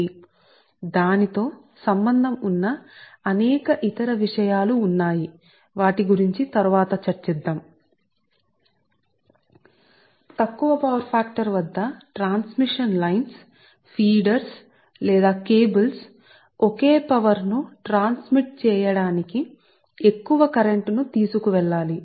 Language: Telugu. సరే ఇప్పుడు అందువల్లవాటితో సంబంధం ఉన్న అనేక ఇతర విషయాలు చర్చిస్తాం తక్కువ పవర్ ఫాక్టర్ వద్ద ట్రాన్స్మిషన్ లైన్లు ఫీడర్లు లేదా కేబుల్ ఒకే శక్తిని ప్రసారం చేయడానికి ఎక్కువ విద్యుత్తు ను కలిగి ఉండాలి